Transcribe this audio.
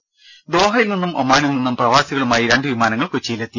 രുര ദോഹയിൽ നിന്നും ഒമാനിൽ നിന്നും പ്രവാസികളുമായി രണ്ട് വിമാനങ്ങൾ കൊച്ചിയിലെത്തി